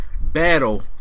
battle